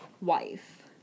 wife